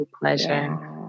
pleasure